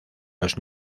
los